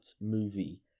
movie